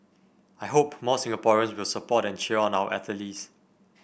I hope more Singaporeans will support and cheer on our athletes